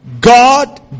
God